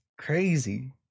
crazy